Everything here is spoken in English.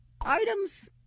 items